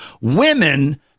women